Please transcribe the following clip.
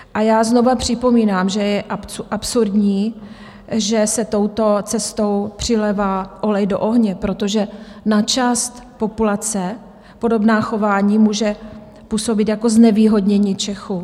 A já znovu připomínám, že je absurdní, že se touto cestou přilévá olej do ohně, protože na část populace podobné chování může působit jako znevýhodnění Čechů.